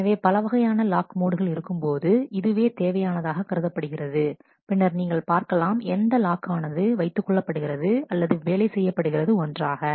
எனவே பல வகையான லாக் மோடுகள் இருக்கும்போது இதுவே தேவையானதாக கருதப்படுகிறது பின்னர் நீங்கள் பார்க்கலாம் எந்த லாக் ஆனது வைத்துக் கொள்ளப்படுகிறது அல்லது வேலை செய்யப்படுகிறது ஒன்றாக